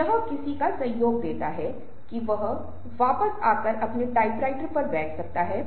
तो यहाँ स्टॉर्मिंग का मतलब है कि लोग सहमत हो सकते हैं या सहमत नहीं हो सकते है